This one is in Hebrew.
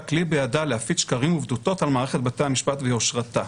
כלי בידה להפיץ שקרים ובדותות על מערכת בתי המשפט ויושרתה".